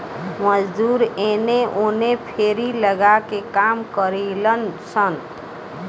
मजदूर एने ओने फेरी लगा के काम करिलन सन